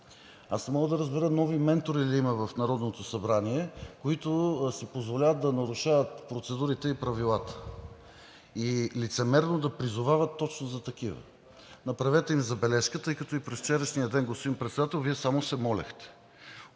не мога да разбера нови ментори ли има в Народното събрание, които си позволяват да нарушават процедурите и правилата и лицемерно да призовават точно за такива? Направете им забележка, тъй като и през вчерашния ден, господин Председател, Вие само се молехте.